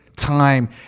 time